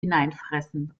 hineinfressen